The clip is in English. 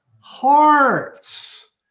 hearts